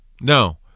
No